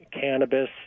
cannabis